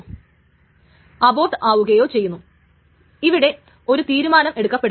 അങ്ങനെ വരുമ്പോൾ ഒരു പ്രത്യേക ട്രാൻസാക്ഷന് ഒരുപാടു നേരം കാത്തിരിക്കേണ്ടിവരും